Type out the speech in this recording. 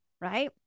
right